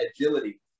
agility